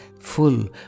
full